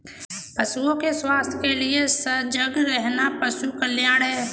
पशुओं के स्वास्थ्य के लिए सजग रहना पशु कल्याण है